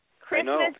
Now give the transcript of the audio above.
Christmas